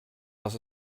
was